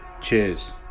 Cheers